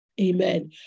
amen